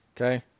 Okay